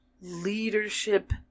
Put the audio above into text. leadership